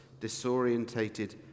disorientated